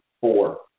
four